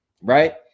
Right